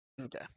Okay